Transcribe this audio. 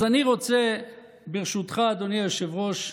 אז אני רוצה ברשותך, אדוני היושב-ראש,